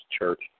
Church